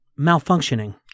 Malfunctioning